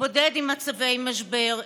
להתמודד עם מצבי משבר,